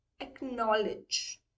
acknowledge